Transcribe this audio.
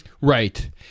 Right